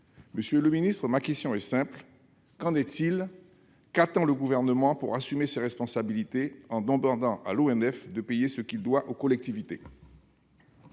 Monsieur le secrétaire d'État, ma question est simple : qu'en est-il ? Qu'attend le Gouvernement pour assumer ses responsabilités et demander à l'ONF de payer ce qu'il doit aux collectivités ?